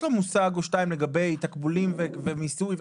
לו מושג או שניים לגבי תקבולים ומיסוי.